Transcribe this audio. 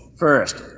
first,